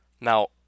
Now